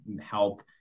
help